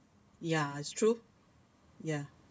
yeah it's true yeah